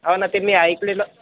हो ना ते मी ऐकलेलं